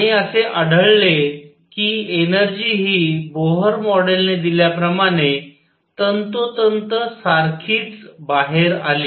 आणि असे आढळले की एनर्जी हि बोहर मॉडेलने दिल्याप्रमाणे तंतोतंत सारखीच बाहेर आली